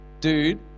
dude